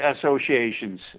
associations